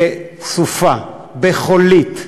בסופה, בחולית,